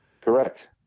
Correct